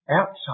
outside